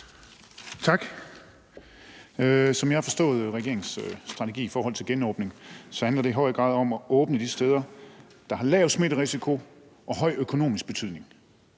Tak. Som jeg har forstået regeringens strategi i forhold til genåbning, handler det i høj grad om at åbne de steder med en lille smitterisiko, men med stor økonomisk betydning,